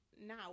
now